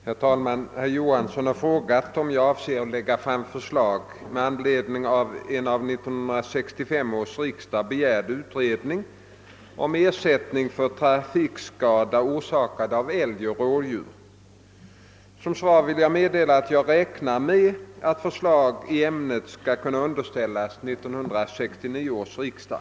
Herr talman! Herr Johansson i Växjö har frågat när jag avser att lägga fram förslag med anledning av en av 1965 års riksdag begärd utredning om ersättning för trafikskada orsakad av älg eller rådjur. Som svar vill jag meddela att jag räknar med att förslag i ämnet skall kunna underställas 1969 års riksdag.